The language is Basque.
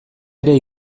ere